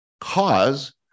cause